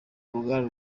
ruganda